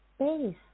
space